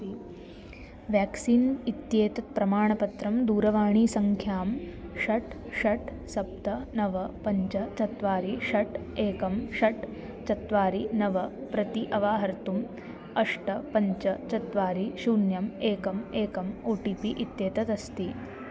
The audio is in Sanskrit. व्याक्सीन् इत्येतत् प्रमाणपत्रं दूरवाणीसङ्ख्यां षट् षट् सप्त नव पञ्च चत्वारि षट् एकं षट् चत्वारि नव प्रति अवाहर्तुम् अष्ट पञ्च चत्वारि शून्यम् एकम् एकम् ओ टि पि इत्येतत् अस्ति